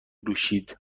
نوشیدن